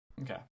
Okay